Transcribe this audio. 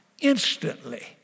Instantly